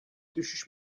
düşüş